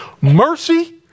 Mercy